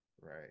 right